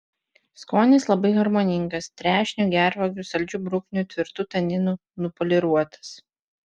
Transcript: skonis labai harmoningas trešnių gervuogių saldžių bruknių tvirtų taninų nupoliruotas